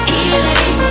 Healing